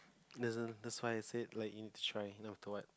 that's that why I said let you try not don't want